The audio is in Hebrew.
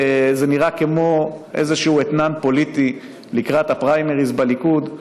זה נראה כמו איזשהו אתנן פוליטי לקראת הפריימריז בליכוד.